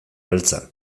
beltza